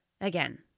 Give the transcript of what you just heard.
Again